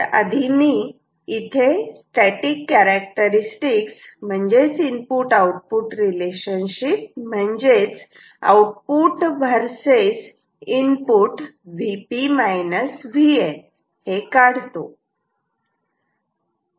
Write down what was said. आधी मी इथे स्टॅटिक कॅरेक्टरस्टिक्स म्हणजेच इनपुट आउटपुट रिलेशनशिप म्हणजेच आउटपुट वर्सेस इनपुट काढतो